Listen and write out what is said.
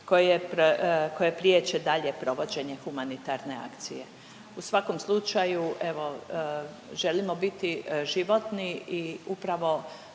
koje priječe dalje provođenje humanitarne akcije. U svakom slučaju evo želim obiti životni i upravo